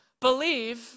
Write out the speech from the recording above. Believe